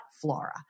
flora